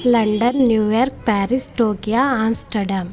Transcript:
London New York Paris Tokyo Amsterdam